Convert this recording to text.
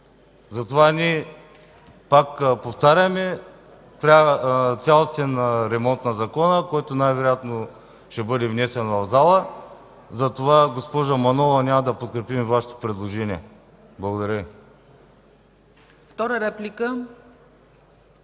искат. Ние пак повтаряме: трябва цялостен ремонт на Закона, който най-вероятно ще бъде внесен в залата. Затова, госпожо Манолова, няма да подкрепим Вашето предложение. Благодаря.